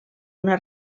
una